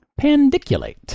pandiculate